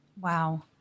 Wow